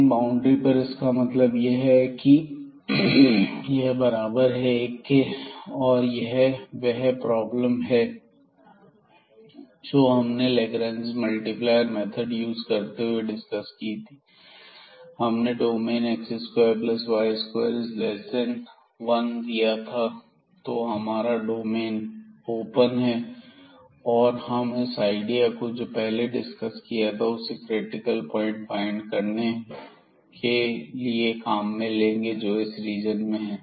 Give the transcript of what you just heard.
इन boundary पर इसका मतलब यह है की गैर बराबर है एक के और यह वह प्रॉब्लम है जो हमने लाग्रांज मल्टीप्लायर मेथड यूज करते हुए डिसकस की थी जब हमने डोमेन x2y21 दिया था तो हमारा डोमेन ओपन है और अब हम उस आईडिया को जो हमने पहले डिस्कस किया था उससे क्रिटिकल प्वाइंट को फाइंड करेंगे जो इस रीजन में हैं